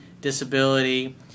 disability